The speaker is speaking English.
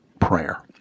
prayer